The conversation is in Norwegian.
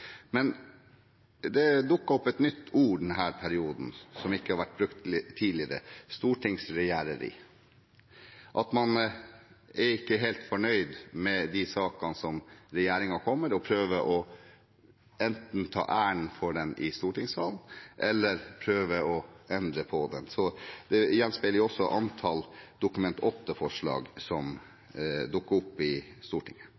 Men det har dukket opp et nytt ord i denne perioden som ikke har vært brukt tidligere: stortingsregjereri – at man ikke er helt fornøyd med de sakene som regjeringen kommer med, og enten prøver å ta æren for dem i stortingssalen eller å endre på dem. Det gjenspeiles også av antall Dokument 8-forslag som dukker opp i Stortinget.